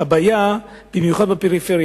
באמת הבעיה קיימת במיוחד בפריפריה.